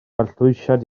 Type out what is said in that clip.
arllwysiad